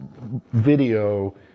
video